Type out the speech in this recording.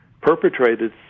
perpetrated